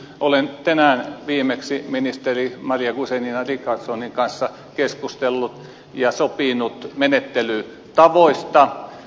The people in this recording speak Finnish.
olen tänään viimeksi ministeri maria guzenina richardsonin kanssa keskustellut ja sopinut menettelytavoista